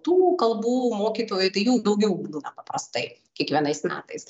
tų kalbų mokytojai tai jų daugiau būna paprastai kiekvienais metais